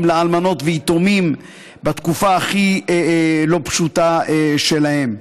לאלמנות ויתומים בתקופה הכי לא פשוטה שלהם.